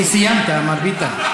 כי סיימת, מר ביטן.